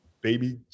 baby